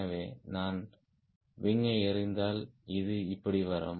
எனவே நான் விங் யை எறிந்தால் இது இப்படி வரும்